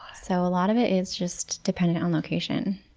so a lot of it is just dependent on location.